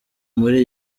muri